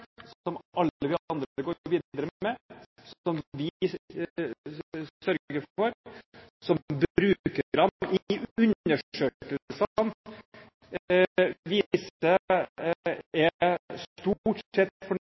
prosjekt som alle vi andre går videre med, som vi sørger for, som